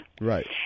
Right